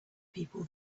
people